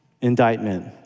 indictment